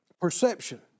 perception